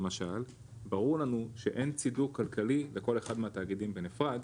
ברור לנו שאין צידוק כלכלי לכל אחד מהתאגידים בנפרד,